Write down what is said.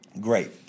Great